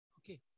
okay